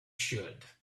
should